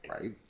Right